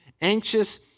anxious